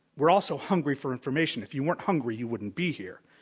we're also hungry for information. if you weren't hungry, you wouldn't be here.